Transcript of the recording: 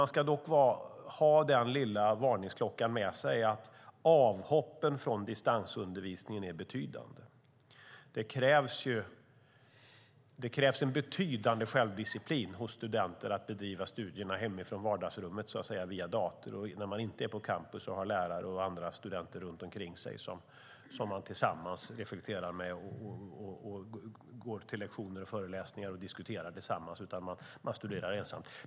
Man ska dock ha den lilla varningsklockan med sig att andelen avhopp från distansundervisningen är betydande. Det krävs en betydande självdisciplin hos studenter för att bedriva studierna hemifrån vardagsrummet via dator. Då är man inte på campus och har lärare och andra studenter runt omkring sig man kan reflektera tillsammans med, gå till lektioner och föreläsningar tillsammans med och diskutera tillsammans med, utan man studerar ensam.